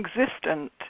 existent